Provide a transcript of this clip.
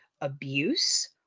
abuse